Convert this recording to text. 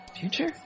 Future